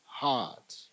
heart